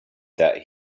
that